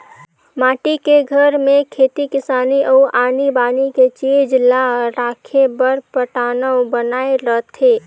माटी के घर में खेती किसानी अउ आनी बानी के चीज ला राखे बर पटान्व बनाए रथें